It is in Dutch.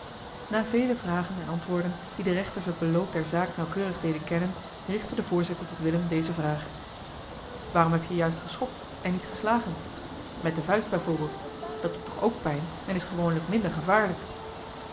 na vele vragen en antwoorden die den rechters het beloop der zaak nauwkeurig deden kennen richtte de voorzitter tot willem deze vraag waarom heb je juist geschopt en niet geslagen met de vuist bij voorbeeld dat doet toch ook pijn en is gewoonlijk minder gevaarlijk